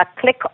click